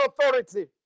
authority